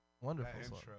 Wonderful